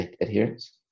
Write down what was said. adherence